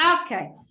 okay